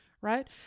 right